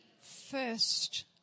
first